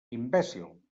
imbècil